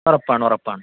ഉറപ്പാണ് ഉറപ്പാണ്